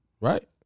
right